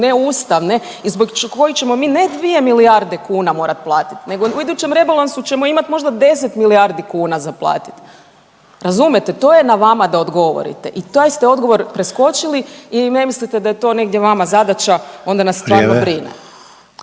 neustavne i zbog kojih ćemo mi ne 2 milijarde kuna morati platiti, nego u idućem rebalansu ćemo imati možda 10 milijardi kuna za platiti. Razumijete? To je na vama da odgovorite i taj ste odgovor preskočili i ne mislite da je to negdje vama zadaća onda nas stvarno brine.